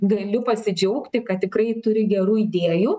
galiu pasidžiaugti kad tikrai turi gerų idėjų